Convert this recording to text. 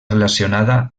relacionada